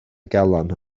galon